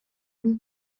був